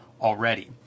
already